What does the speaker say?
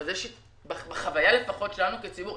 אבל בחוויה לפחות שלנו כציבור,